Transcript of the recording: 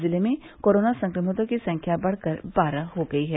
जिले में कोरोना संक्रमितों की संख्या बढ़कर बारह हो गयी है